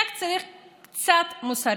צריך רק קצת מוסריות.